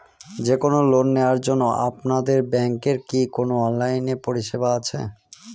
যে কোন লোন নেওয়ার জন্য আপনাদের ব্যাঙ্কের কি কোন অনলাইনে পরিষেবা আছে?